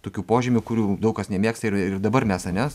tokių požymių kurių daug kas nemėgsta ir ir dabar mes ane